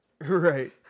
right